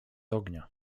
ognia